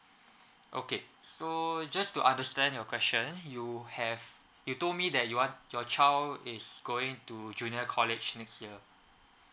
okay so just to understand your question you have you told me that you want your child is going to junior college next year